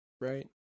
right